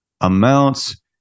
amounts